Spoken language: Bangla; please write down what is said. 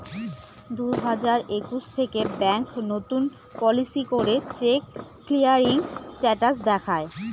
দুই হাজার একুশ থেকে ব্যাঙ্ক নতুন পলিসি করে চেক ক্লিয়ারিং স্টেটাস দেখায়